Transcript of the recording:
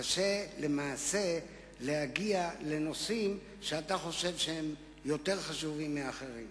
קשה להגיע לנושאים שאתה חושב שהם יותר חשובים מאחרים.